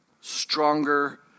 stronger